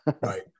Right